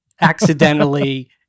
accidentally